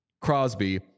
Crosby